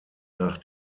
nach